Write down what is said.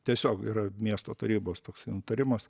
tiesiog yra miesto tarybos toksai nutarimas